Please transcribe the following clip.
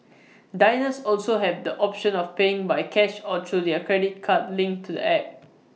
diners also have the option of paying by cash or through their credit card linked to the app